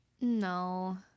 No